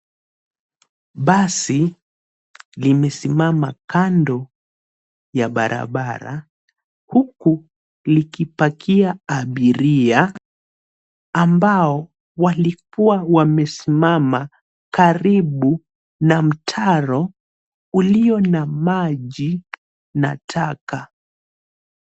Basi limesimama kando ya barabara huku likipakia abiria ambao walikuwa wamesimama karibu na mtaro ulio na maji na taka.